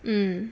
mm